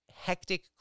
Hectic